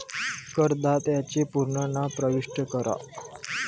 करदात्याचे पूर्ण नाव प्रविष्ट करा